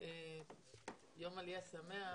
יום עלייה שמח.